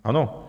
Ano.